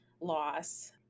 loss